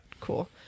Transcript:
cool